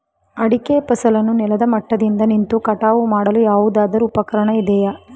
ಅಡಿಕೆ ಫಸಲನ್ನು ನೆಲದ ಮಟ್ಟದಿಂದ ನಿಂತು ಕಟಾವು ಮಾಡಲು ಯಾವುದಾದರು ಉಪಕರಣ ಇದೆಯಾ?